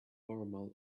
formal